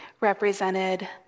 represented